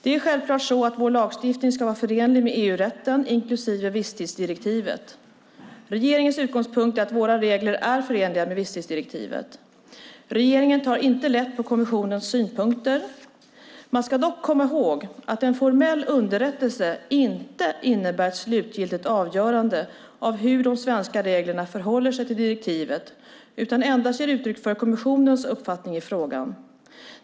Det är självklart så att vår lagstiftning ska vara förenlig med EU-rätten, inklusive visstidsdirektivet. Regeringens utgångspunkt är att våra regler är förenliga med visstidsdirektivet. Regeringen tar inte lätt på kommissionens synpunkter. Man ska dock komma ihåg att en formell underrättelse inte innebär ett slutgiltigt avgörande av hur de svenska reglerna förhåller sig till direktivet, utan endast ger uttryck för kommissionens uppfattning i frågan.